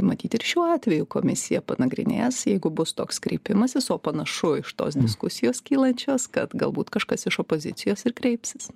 matyt ir šiuo atveju komisija nagrinės jeigu bus toks kreipimasis o panašu iš tos diskusijos kylančios kad galbūt kažkas iš opozicijos ir kreipsis